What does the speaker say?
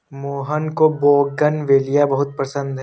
मोहन को बोगनवेलिया बहुत पसंद है